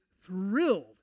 thrilled